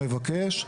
מבקש,